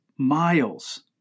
Miles